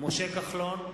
משה כחלון,